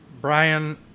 Brian